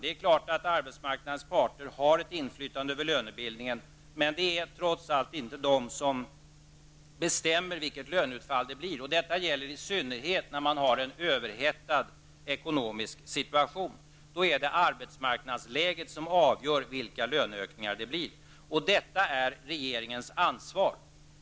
Det är klart att arbetsmarknadens parter har ett inflytande över lönebildningen, men det är trots allt inte de som bestämmer vilket löneutfall det blir. Detta gäller i synnerhet när man har en överhettad ekonomisk situation. Då är det arbetsmarknadsläget som avgör vilka löneökningar det blir. Detta är regeringens ansvar.